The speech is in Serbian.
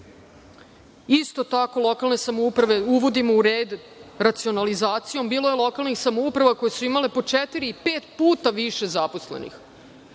tako, lokalne samouprave uvodimo u red racionalizacijom. Bilo je lokalnih samouprava koje su imale po četiri i pet puta više zaposlenih.